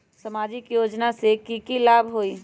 सामाजिक योजना से की की लाभ होई?